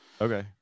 Okay